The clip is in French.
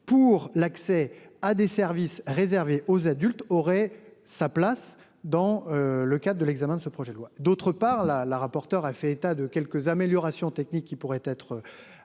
pour l'accès à des services réservés aux adultes aurait sa place dans le cadre de l'examen de ce projet de loi. D'autre part la la rapporteure a fait état de quelques améliorations techniques qui pourraient être